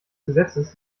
gesetzes